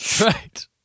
Right